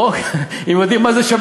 לא מכירים את זה בשדרות.